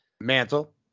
mantle